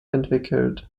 entwickelt